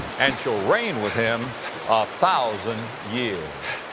and shall reign with him a thousand years.